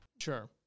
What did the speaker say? Sure